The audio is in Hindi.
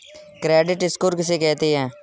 क्रेडिट स्कोर किसे कहते हैं?